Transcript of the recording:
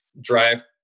drive